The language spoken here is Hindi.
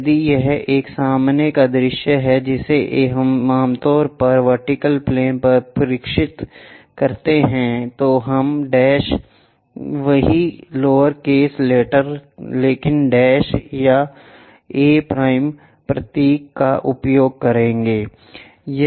यदि यह एक सामने का दृश्य है जिसे हम आमतौर पर वर्टिकल प्लेन पर प्रक्षेपित करते हैं तो हम डैश वही लोअर केस लेटर a लेकिन डैश या a प्रतीक का उपयोग करते हैं